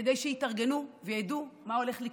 כדי שיתארגנו וידעו מה הולך לקרות,